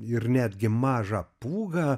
ir netgi mažą pūgą